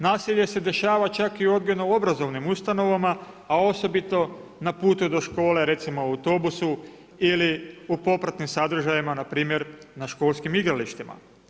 Nasilje se dešava čak i u odgojno-obrazovnim ustanovama a osobito na putu do škole, recimo u autobusu ili u popratnim sadržajima, npr. na školskim igralištima.